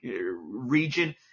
region